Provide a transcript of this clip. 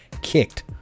kicked